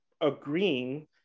agreeing